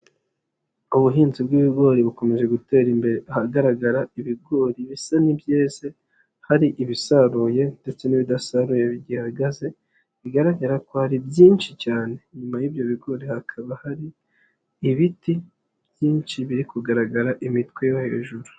Ubuhinzi bw'ibigori bukomeje gutera imbere ahagaragara ibigori bisa n'ibyeze, hari ibisaruye ndetse n'ibidasaruye bigihagaze bigaragara ko ari byinshi cyane, inyuma y'ibyo bigori hakaba hari ibiti byinshi biri kugaragara imitwe yo hejuru.